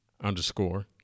underscore